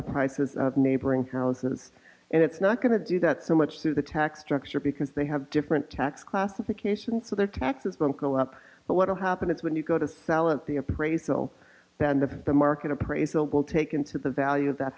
the prices of neighboring houses and it's not going to do that so much through the tax structure because they have different tax classifications so their taxes go up but what will happen is when you go to sell at the appraisal then the the market appraisal will take into the value that